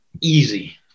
easy